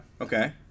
Okay